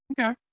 Okay